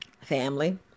family